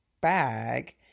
bag